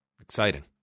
Exciting